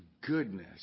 goodness